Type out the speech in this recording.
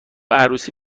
عروسی